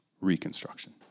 reconstruction